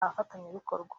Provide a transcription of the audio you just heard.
abafatanyabikorwa